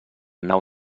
nau